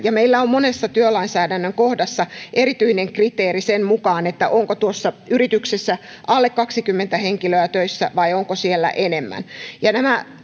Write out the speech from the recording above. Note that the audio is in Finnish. meillä on monessa työlainsäädännön kohdassa erityinen kriteeri sen mukaan onko tuossa yrityksessä alle kaksikymmentä henkilöä töissä vai onko siellä enemmän